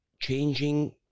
changing